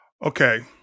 Okay